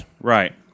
Right